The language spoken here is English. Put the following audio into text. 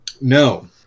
No